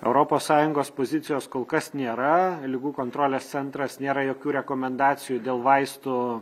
europos sąjungos pozicijos kol kas nėra ligų kontrolės centras nėra jokių rekomendacijų dėl vaistų